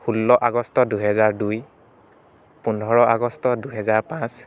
ষোল্ল আগষ্ট দুহেজাৰ দুই পোন্ধৰ আগষ্ট দুহেজাৰ পাঁচ